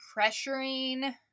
pressuring